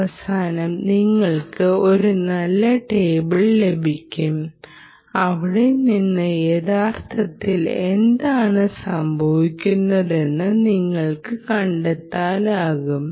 അവസാനം നിങ്ങൾക്ക് ഒരു നല്ല ടേബിൾ ലഭിക്കും അവിടെ നിന്ന് യഥാർത്ഥത്തിൽ എന്താണ് സംഭവിക്കുന്നതെന്ന് നിങ്ങൾക്ക് കണ്ടെത്താനാകും